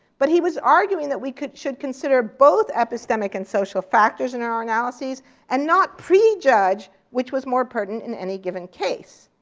but he was arguing that we should consider both epistemic and social factors in our analyses and not prejudge which was more pertinent in any given case.